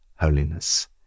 holiness